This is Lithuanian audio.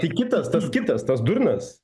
ki kitas tas kitas tas durnas